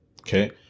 Okay